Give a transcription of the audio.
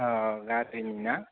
औ गारिनि ना